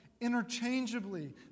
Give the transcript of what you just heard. Interchangeably